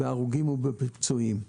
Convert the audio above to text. בהרוגים ובפצועים.